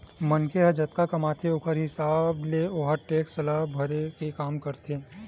मनखे ह जतका कमाथे ओखर हिसाब ले ओहा टेक्स ल भरे के काम करथे